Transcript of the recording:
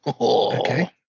okay